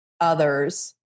others